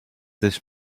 this